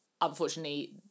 unfortunately